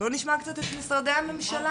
בואו נשמע קצת את משרדי הממשלה,